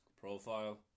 profile